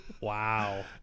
Wow